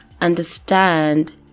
understand